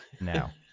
now